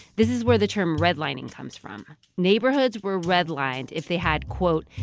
this is where the term redlining comes from. neighborhoods were redlined if they had, quote,